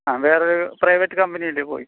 ആ വേറൊരു പ്രൈവറ്റ് കമ്പനിയിൽ പോയി